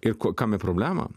ir ko kame problema